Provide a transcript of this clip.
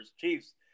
Chiefs